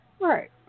Right